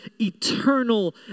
eternal